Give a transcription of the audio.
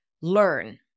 learn